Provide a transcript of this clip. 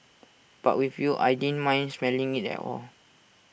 but with you I didn't mind smelling IT at all